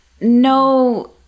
no